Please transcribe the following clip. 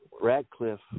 Radcliffe